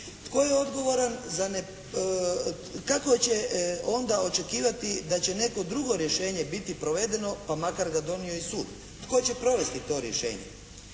Tko je odgovoran za, kako će onda očekivati da će neko drugo rješenje biti provedeno pa makar ga donio i sud. Tko će provesti to rješenje?